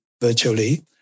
virtually